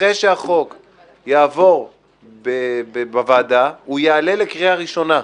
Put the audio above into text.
אחרי שהחוק יעבור בוועדה הוא יעלה לקריאה ראשונה.